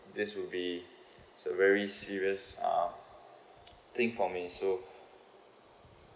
this would be is a very serious uh thing for me so